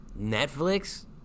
Netflix